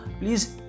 please